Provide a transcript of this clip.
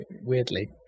Weirdly